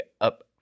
up